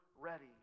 ready